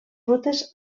rutes